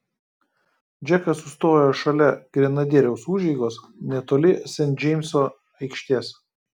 džekas sustojo šalia grenadieriaus užeigos netoli sent džeimso aikštės